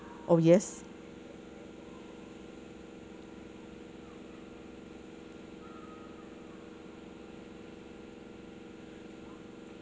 oh yes